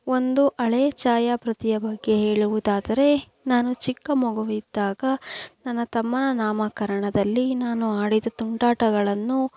ಒಂದು ಹಳೆಯ ಛಾಯಾಪ್ರತಿಯ ಬಗ್ಗೆ ಹೇಳುವುದಾದರೆ ನಾನು ಚಿಕ್ಕ ಮಗುವಿದ್ದಾಗ ನನ್ನ ತಮ್ಮನ ನಾಮಕರಣದಲ್ಲಿ ನಾನು ಆಡಿದ ತುಂಟಾಟಗಳನ್ನು